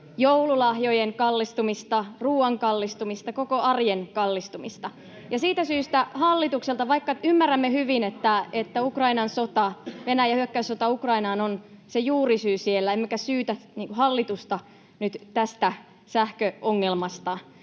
joululahjojen kallistumista, ruoan kallistumista, [Jari Myllykosken välihuuto] koko arjen kallistumista, ja siitä syystä — vaikka ymmärrämme hyvin, että Venäjän hyökkäyssota Ukrainaan on se juurisyy siellä, emmekä syytä hallitusta nyt tästä sähköongelmasta